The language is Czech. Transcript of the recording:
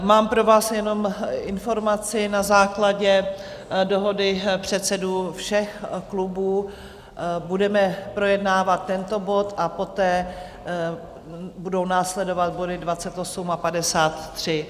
Mám pro vás jenom informaci na základě dohody předsedů všech klubů budeme projednávat tento bod a poté budou následovat body 28 a 53.